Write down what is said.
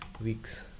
weeks